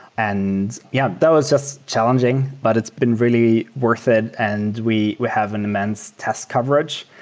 and yeah, that was just challenging, but it's been really worth it and we we have an immense test coverage.